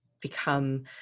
become